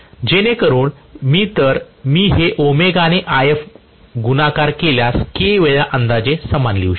जेणेकरून मी तर मी हे ओमेगाने IF गुणाकार केल्यास K वेळा अंदाजे समान लिहू शकते